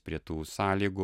prie tų sąlygų